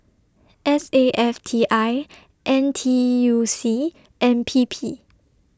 S A F T I N T U C and P P